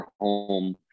home